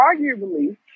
arguably